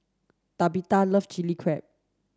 Tabitha loves chilli crab